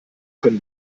können